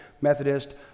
Methodist